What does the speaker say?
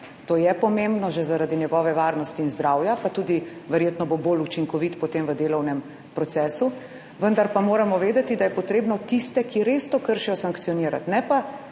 To je pomembno že zaradi njegove varnosti in zdravja, pa verjetno bo tudi potem bolj učinkovit v delovnem procesu. Vendar pa moramo vedeti, da je treba tiste, ki res to kršijo, sankcionirati, ne pa